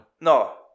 no